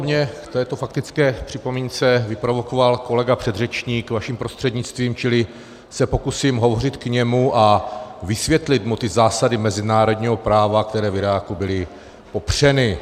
Mě k této faktické připomínce vyprovokoval kolega předřečník vaším prostřednictvím, čili se pokusím hovořit k němu a vysvětlit mu ty zásady mezinárodního práva, které v Iráku byly popřeny.